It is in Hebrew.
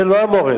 זה לא המורשת.